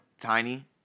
Tiny